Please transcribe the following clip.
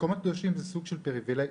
מקומות קדושים זה סוג של פריבילגיה.